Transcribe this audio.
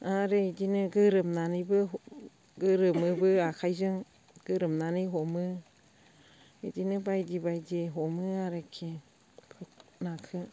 आरो बिदिनो गोरोमनानैबो गोरोमोबो आखाइजों गोरोमनानै हमो बिदिनो बायदि बायदि हमो आरोखि नाखौ